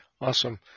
Awesome